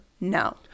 No